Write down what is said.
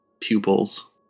pupils